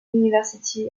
university